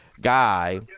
guy